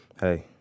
hey